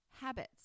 habits